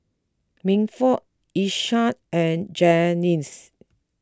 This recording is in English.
Milford Isaiah and Janyce